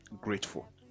grateful